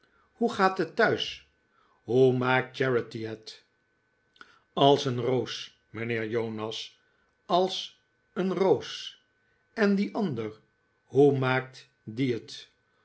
hoe gaat het thuis hoe maakt charity het als een roos mijnheer jonas als een roos en die andere hoe maakt die het